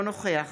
אינו נוכח